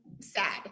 sad